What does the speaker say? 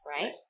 right